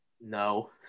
No